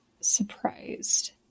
surprised